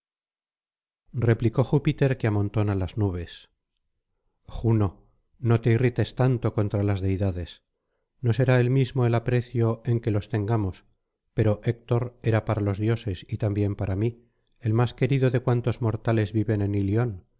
replicó júpiter que amontona las nubes juno no te irrites tanto contra las deidades no será el mismo el aprecio en que los tengamos pero héctor era para los dioses y también para mí el más querido de cuantos mortales viven en ilion